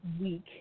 week